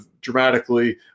dramatically